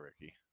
Ricky